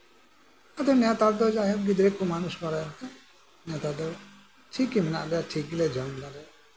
ᱟᱫᱚ ᱱᱮᱛᱟᱨ ᱫᱚ ᱡᱟᱭᱦᱳᱠ ᱜᱤᱫᱽᱨᱟᱹ ᱠᱚ ᱢᱟᱱ ᱩᱥ ᱵᱟᱲᱟᱭᱮᱱᱛᱮ ᱱᱮᱛᱟᱨ ᱫᱚ ᱴᱷᱤᱠ ᱜᱮ ᱢᱮᱱᱟᱜ ᱞᱮᱭᱟ ᱴᱷᱤᱠ ᱜᱮ ᱡᱚᱢ ᱫᱟᱞᱮ